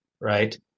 right